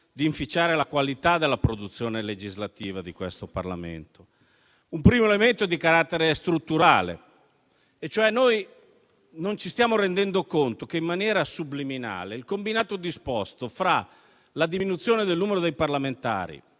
di inficiare la qualità della produzione legislativa di questo Parlamento. Un primo elemento è di carattere strutturale, cioè noi non ci stiamo rendendo conto che, in maniera subliminale, il combinato disposto fra la diminuzione del numero dei parlamentari